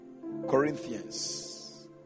Corinthians